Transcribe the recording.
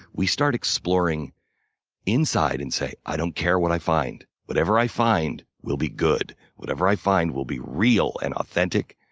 we start exploring inside and say, i don't care what i find. whatever i find will be good. whatever i find will be real and authentic.